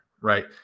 right